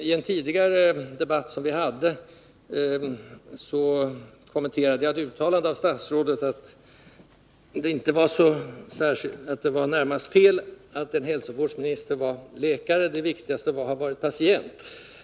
I en tidigare debatt som vi hade kommenterade jag ett uttalande av statsrådet om att det närmast var fel att en hälsovårdsminister var läkare och att det viktigaste var att hon varit patient.